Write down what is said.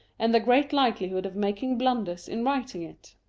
and the great likelihood of making blunders in writing it!